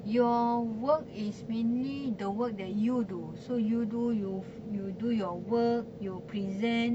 your work is mainly the work that you do so you do you you do your work you present